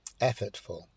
effortful